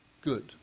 good